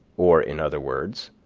or, in other words,